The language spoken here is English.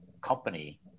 company